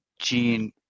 gene